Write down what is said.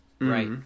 Right